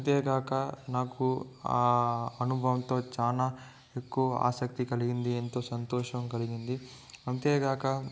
అంతేకాక నాకు ఆ అనుభవంతో చానా ఎక్కువ ఆసక్తి కలిగింది ఎంతో సంతోషం కలిగింది అంతేకాక